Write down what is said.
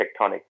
tectonic